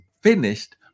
finished